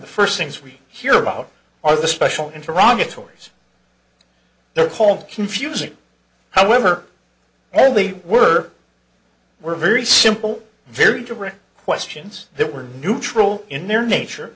the first things we hear about are the special interocular tories they're called confusing however only were were very simple very direct questions they were neutral in their nature